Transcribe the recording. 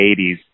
80s